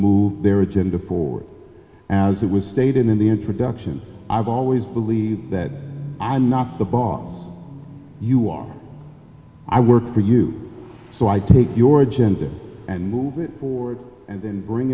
move their agenda poor as it was stated in the introduction i've always believed that i'm not the boss you are i work for you so i take your agenda and move it forward and then bring